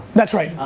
that's right.